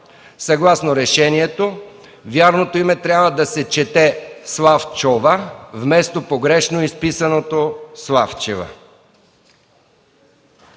Съгласно решението вярното име трябва да се чете Славчова, вместо погрешно изписаното Славчова.